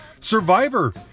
Survivor